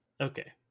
Okay